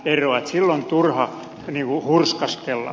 silloin on turha hurskastella